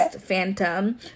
Phantom